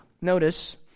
notice